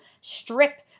strip